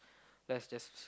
let's just